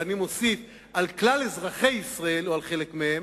ואני מוסיף: על כלל אזרחי ישראל או על חלק מהם,